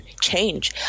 change